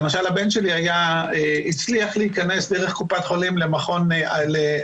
למשל הבן שלי הצליח להיכנס דרך קופת חולים למכון 'עלמה',